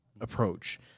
approach